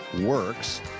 Works